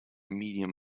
medium